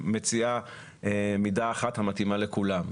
שמציעה מידה אחת המתאימה לכולם,